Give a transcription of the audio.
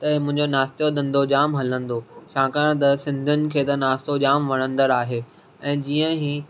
त मुंहिंजो नाश्ते जो धंधो जाम हलंदो छाकाणि त सिंधिन खे त नाश्तो जाम वणंदड़ु आहे ऐं जीअं ई